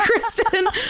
Kristen